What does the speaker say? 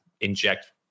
inject